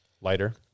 Lighter